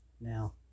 Now